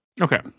Okay